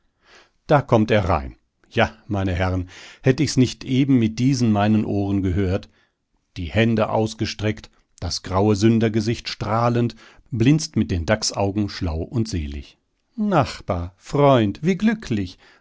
da kommt er rein ja meine herren hätt ich's nicht eben mit diesen meinen ohren gehört die hände ausgestreckt das graue sündergesicht strahlend blinzt mit den dachsaugen schlau und selig nachbar freund wie glücklich